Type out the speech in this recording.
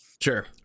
Sure